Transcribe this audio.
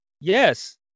Yes